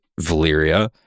Valyria